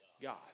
God